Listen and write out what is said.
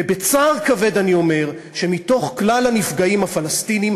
ובצער כבד אני אומר שמתוך כלל הנפגעים הפלסטינים,